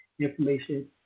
Information